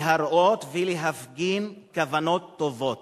להראות ולהפגין כוונות טובות,